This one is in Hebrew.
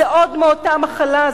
זה עוד מאותה מחלה,